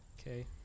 okay